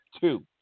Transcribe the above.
two